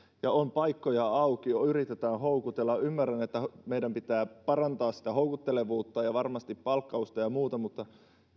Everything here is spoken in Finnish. ja on auki paikkoja joihin yritetään houkutella ymmärrän että meidän pitää parantaa sitä houkuttelevuutta ja ja varmasti palkkausta ja muuta mutta